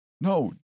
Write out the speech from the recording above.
No